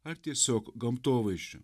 ar tiesiog gamtovaizdžiu